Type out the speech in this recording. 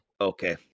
okay